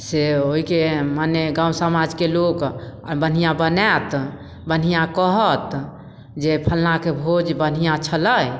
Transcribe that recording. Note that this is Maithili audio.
से ओहिके मने गाम समाजके लोक आओर बढ़िआँ बनाएत बढ़िआँ कहत जे फल्लाँके भोज बढ़िआँ छलै